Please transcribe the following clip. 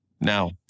now